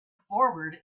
forward